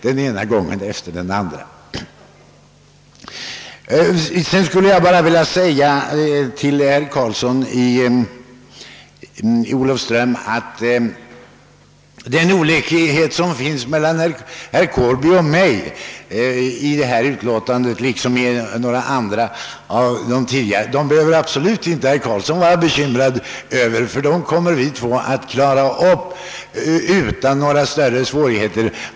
Herr Karlsson i Olofström behöver inte vara bekymrad över den olikhet i uppfattningarna som finns mellan herr Gustavsson i Kårby och mig beträffande det ärende som behandlas under denna punkt i utlåtandet. Det problemet kommer vi båda att lösa utan större svårigheter.